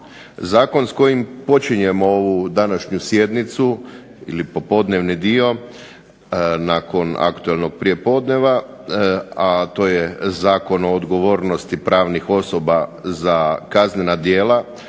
Zakon s kojim počinjemo ovu današnju sjednicu ili popodnevni dio nakon aktualnog prijepodneva, a to je Zakon o odgovornosti pravnih osoba za kaznena djela